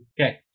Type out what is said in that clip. Okay